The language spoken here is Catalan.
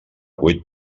vuit